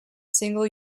single